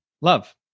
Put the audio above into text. love